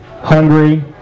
Hungry